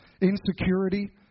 insecurity